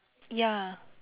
ya